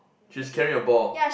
she's carrying a ball